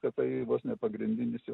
kad tai vos ne pagrindinis jo